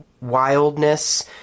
wildness